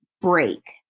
break